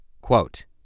Quote